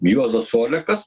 juozas olekas